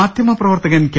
മാധ്യമപ്രവർത്തകൻ കെ